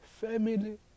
Family